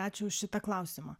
ačiū už šitą klausimą